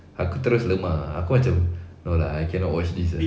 aku terus lemah ah aku macam no lah I cannot watch this sia